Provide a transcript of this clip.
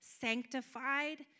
Sanctified